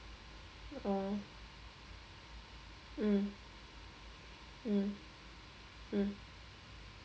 orh mm mm mm mm